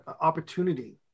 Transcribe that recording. opportunity